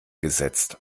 gesetzt